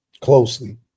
Closely